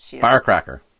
Firecracker